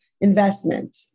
investment